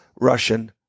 Russian